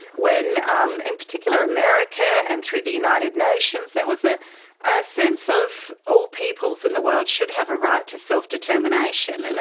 when um in particular america, and through the united nations, there was ah a sense of all peoples in the world should have a right to self-determination. and